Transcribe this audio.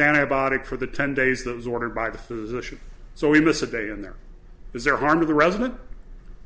antibiotic for the ten days that was ordered by the ship so we miss a day and there is their arm of the resident